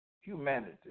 humanity